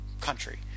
country